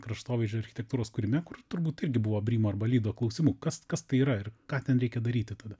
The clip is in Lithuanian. kraštovaizdžio architektūros kūrime kur turbūt irgi buvo brymo arba lydo klausimų kas kas tai yra ir ką ten reikia daryti tada